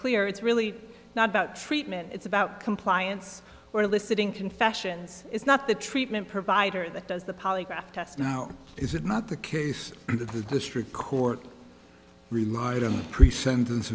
clear it's really not about treatment it's about compliance or eliciting confessions it's not the treatment provider that does the polygraph test now is it not the case that the district court relied on the pre sentence